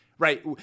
Right